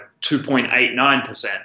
2.89%